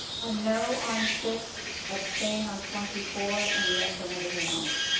i know on six abstain on twenty four and yes on everything else.